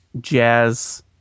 jazz